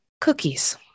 cookies